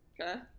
Okay